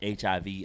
HIV